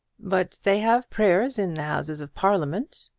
but they have prayers in the houses of parliament,